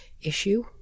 issue